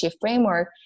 framework